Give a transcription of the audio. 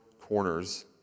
corners